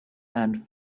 and